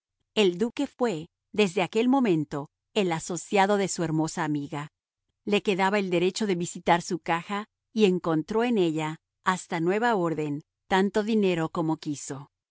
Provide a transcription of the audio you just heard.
el duque fue desde aquel momento el asociado de su hermosa amiga le quedaba el derecho de visitar su caja y encontró en ella hasta nueva orden tanto dinero como quiso